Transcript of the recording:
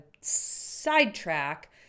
sidetrack